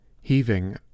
Heaving